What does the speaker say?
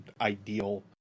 ideal